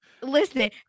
listen